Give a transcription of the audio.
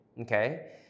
Okay